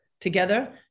together